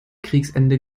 kriegsende